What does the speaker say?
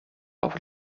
auf